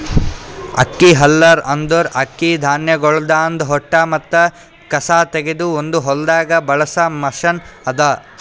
ಅಕ್ಕಿ ಹಲ್ಲರ್ ಅಂದುರ್ ಅಕ್ಕಿ ಧಾನ್ಯಗೊಳ್ದಾಂದ್ ಹೊಟ್ಟ ಮತ್ತ ಕಸಾ ತೆಗೆದ್ ಒಂದು ಹೊಲ್ದಾಗ್ ಬಳಸ ಮಷೀನ್ ಅದಾ